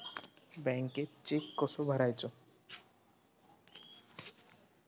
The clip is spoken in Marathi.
बँकेत चेक कसो भरायचो?